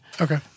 Okay